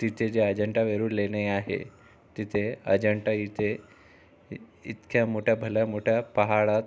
तिथे जे अजिंठा वेरूळ लेणे आहे तिथे अजिंठा इथे इतक्या मोठ्या भल्या मोठ्या पहाडात